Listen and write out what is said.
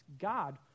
God